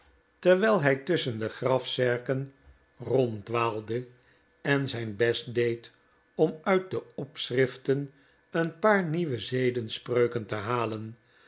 terwijl hij tusschen de grafzerken ronddwaalde en zijn best deed om uit de opschriften een paar nieuwe zedenspreuken te halen